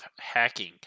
hacking